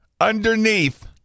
underneath